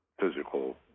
physical